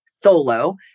solo